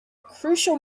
crucial